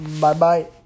Bye-bye